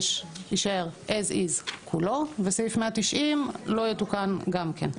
יישאר as is כולו וסעיף 190 לא יתוקן גם כן.